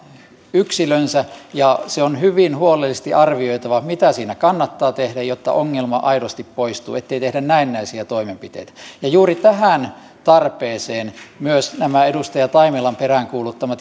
yksilönsä ja on hyvin huolellisesti arvioitava mitä siinä kannattaa tehdä jotta ongelma aidosti poistuu ettei tehdä näennäisiä toimenpiteitä ja juuri tähän tarpeeseen myös nämä edustaja taimelan peräänkuuluttamat